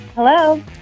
Hello